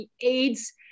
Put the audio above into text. AIDS